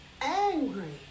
angry